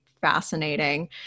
fascinating